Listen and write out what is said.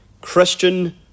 Christian